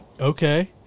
Okay